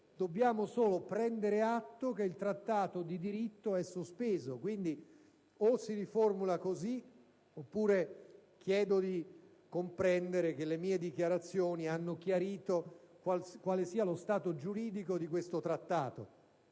dobbiamo solo prendere atto che il Trattato di diritto è sospeso. O si riformula così, oppure chiedo di comprendere che le mie dichiarazioni hanno chiarito quale sia lo stato giuridico di questo Trattato